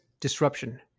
disruption